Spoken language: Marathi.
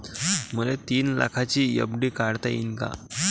मले तीन लाखाची एफ.डी काढता येईन का?